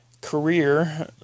career